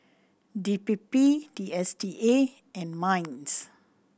D P P D S T A and MINDS